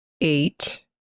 eight